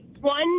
one